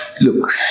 Look